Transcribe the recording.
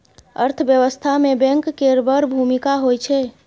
अर्थव्यवस्था मे बैंक केर बड़ भुमिका होइ छै